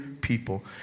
people